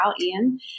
Ian